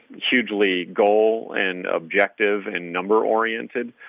hugely goal and objective and number oriented.